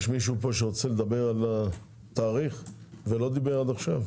מישהו שרוצה לדבר על התאריך ולא דיבר עד כה?